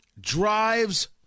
Drives